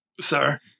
sir